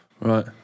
Right